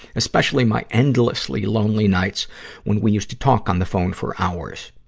especially my endlessly lonely nights when we used to talk on the phone for hours.